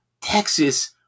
Texas